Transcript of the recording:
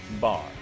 Bar